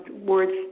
words